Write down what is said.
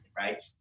Right